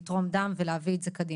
לתרום דם ולהביא את זה קדימה.